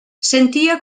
sentia